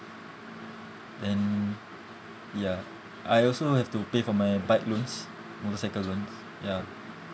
then ya I also have to pay for my bike loans motorcycle loans ya